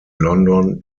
london